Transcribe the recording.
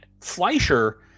fleischer